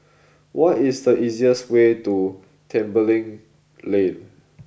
what is the easiest way to Tembeling Lane